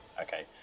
Okay